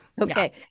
Okay